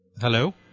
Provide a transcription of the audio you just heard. Hello